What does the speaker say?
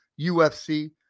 UFC